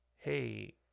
hey